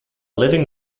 living